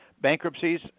bankruptcies